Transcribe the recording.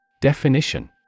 Definition